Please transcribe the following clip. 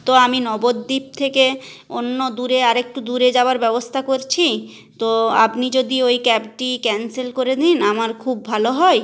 তো আমি নবদ্বীপ থেকে অন্য দূরে আর একটু দূরে যাবার ব্যবস্থা করছি তো আপনি যদি ওই ক্যাবটি ক্যান্সেল করে দিন আমার খুব ভালো হয়